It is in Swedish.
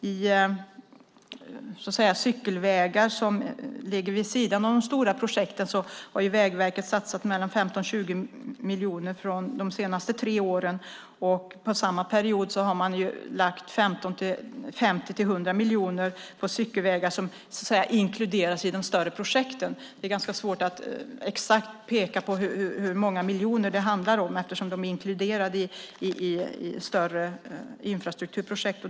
På cykelvägar vid sidan av de stora projekten har Vägverket satsat 15-20 miljoner under de senaste tre åren. Under samma period har man lagt 50-100 miljoner på cykelvägar som så att säga inkluderas i de större projekten. Det är ganska svårt att peka på exakt hur många miljoner det handlar om eftersom det här är inkluderat i större infrastrukturprojekt.